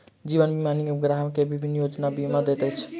जीवन बीमा निगम ग्राहक के विभिन्न जीवन बीमा दैत अछि